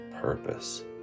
purpose